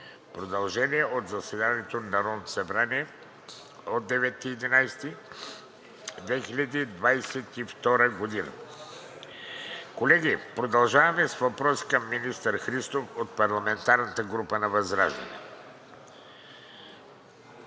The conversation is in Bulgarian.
Продължение от заседанието на Народното събрание от 9 ноември 2022 г. Колеги, продължаваме с въпроси към министър Христов от парламентарната група на ВЪЗРАЖДАНЕ.